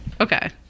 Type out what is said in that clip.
Okay